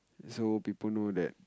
so people know that